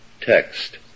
text